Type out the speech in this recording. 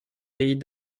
pays